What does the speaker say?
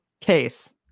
case